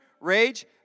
rage